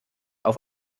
auf